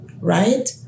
right